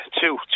two